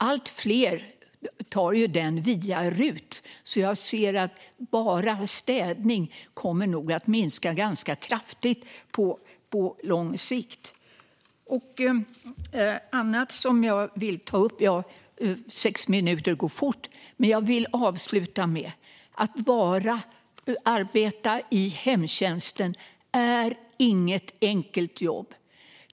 Allt fler tar ju den via rut, så jag ser att antalet som har enbart städning kommer att minska ganska kraftigt på lång sikt. Sex minuters talartid går fort, men jag vill avsluta med följande: Att arbeta i hemtjänsten är inget enkelt jobb.